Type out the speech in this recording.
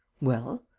well?